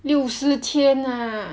六十千啊